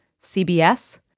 CBS